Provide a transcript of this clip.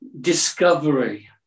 discovery